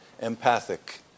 empathic